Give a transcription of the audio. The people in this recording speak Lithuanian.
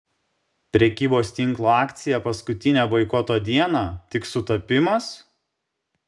prekybos tinklo akcija paskutinę boikoto dieną tik sutapimas